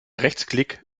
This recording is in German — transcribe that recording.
rechtsklick